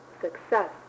success